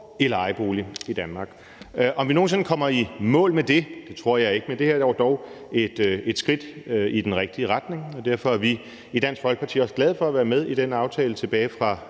i lejebolig i Danmark. At vi nogen sinde kommer i mål med det, tror jeg ikke, men det her er dog et skridt i den rigtige retning, og derfor er vi i Dansk Folkeparti også glade for at være med i den aftale tilbage fra